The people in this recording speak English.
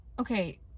Okay